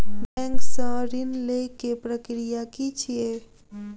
Bank सऽ ऋण लेय केँ प्रक्रिया की छीयै?